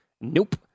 Nope